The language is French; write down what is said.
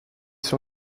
sur